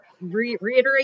reiterate